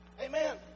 Amen